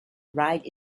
ride